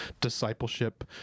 discipleship